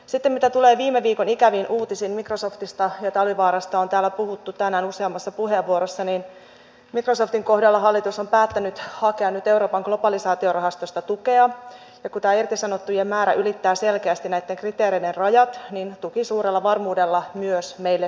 sitten mitä tulee viime viikon ikäviin uutisiin microsoftista ja talvivaarasta on täällä puhuttu tänään useammassa puheenvuorossa niin microsoftin kohdalla hallitus on päättänyt hakea nyt euroopan globalisaatiorahastosta tukea ja kun tämä irtisanottujen määrä ylittää selkeästi näitten kriteereiden rajat niin tuki suurella varmuudella myös meille saadaan